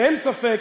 אין ספק,